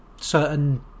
certain